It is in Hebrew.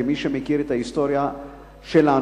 כמי שמכיר את ההיסטוריה שלנו,